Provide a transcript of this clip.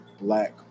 black